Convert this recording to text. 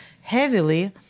heavily